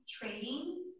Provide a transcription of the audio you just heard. trading